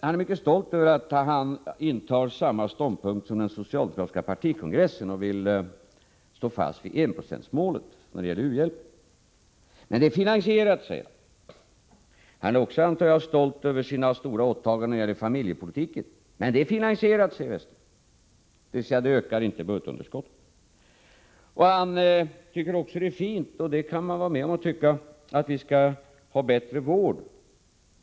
Han är mycket stolt över att han intar samma ståndpunkt som den socialdemokratiska partikongressen och vill stå fast vid enprocentsmålet när det gäller u-hjälpen. Men det är finansierat, säger han. Han är också, antar jag, stolt över sina stora åtaganden när det gäller familjepolitiken. Men de är finansierade, säger Westerberg, dvs. de ökar inte budgetunderskottet. Han tycker också att det är viktigt, och det kan man hålla med om, att våra åldringar skall ha bättre vård.